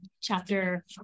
chapter